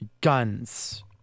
guns